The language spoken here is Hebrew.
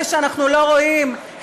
אלה שאנחנו לא רואים,